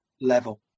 level